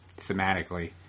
thematically